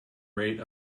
rate